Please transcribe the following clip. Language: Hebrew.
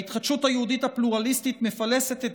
ההתחדשות היהודית הפלורליסטית מפלסת את